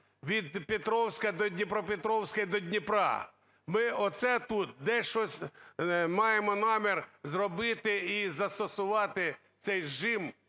від Петровська до Дніпропетровська і до Дніпра. Ми оце тут дещо маємо намір зробити і застосувати цей жим